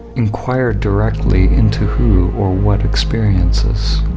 inquire directly into who or what experiences.